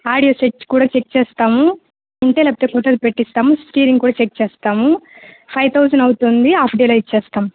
audio set కూడా check చేస్తాము ఉంటే లేకపోతే కొత్తది పెట్టిస్తాము స్టీరింగ్ కూడా చెక్ చేస్తాము ఫైవ్ థౌజండ్ అవుతుంది ఆఫ్ డేలో ఇచ్చేస్తాము